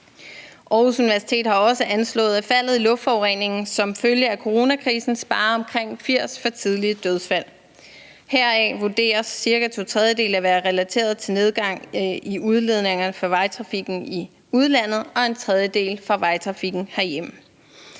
Aarhus Universitet har også anslået, at faldet i luftforureningen som følge af coronakrisen sparer omkring 80 for tidlige dødsfald. Heraf vurderes cirka to tredjedele at være relateret til nedgang i udledninger fra i vejtrafikken i udlandet, og en tredjedel fra vejtrafikken herhjemme.